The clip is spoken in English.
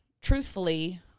truthfully